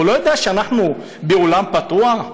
הוא לא יודע שאנחנו בעולם פתוח,